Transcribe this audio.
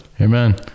Amen